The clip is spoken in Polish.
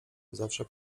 zawsze